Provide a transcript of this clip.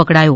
પકડાયો